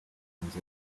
urenze